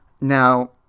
Now